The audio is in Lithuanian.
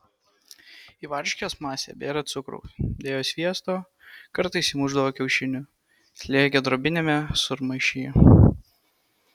į varškės masę bėrė cukraus dėjo sviesto kartais įmušdavo kiaušinių slėgė drobiniame sūrmaišyje